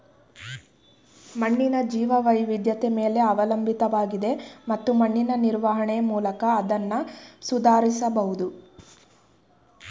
ಮಣ್ಣಿನ ಜೀವವೈವಿಧ್ಯತೆ ಮೇಲೆ ಅವಲಂಬಿತವಾಗಿದೆ ಮತ್ತು ಮಣ್ಣಿನ ನಿರ್ವಹಣೆ ಮೂಲಕ ಅದ್ನ ಸುಧಾರಿಸ್ಬಹುದು